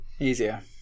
easier